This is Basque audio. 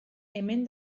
hemen